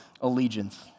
allegiance